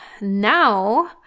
Now